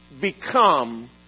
become